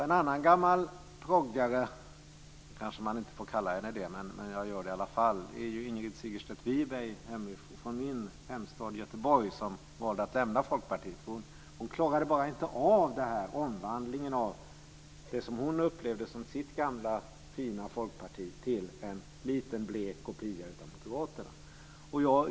En annan gammal proggare - man kanske inte får kalla henne det, men jag gör det i alla fall - är Ingrid Segerstedt Wiberg från min hemstad Göteborg, som valde att lämna Folkpartiet. Hon klarade bara inte av omvandlingen av det som hon upplevde som sitt gamla fina folkparti till en liten blek kopia av Moderaterna.